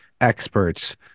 experts